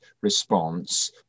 response